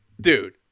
dude